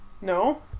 No